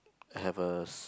have a